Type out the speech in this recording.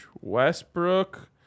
Westbrook